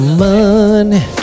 money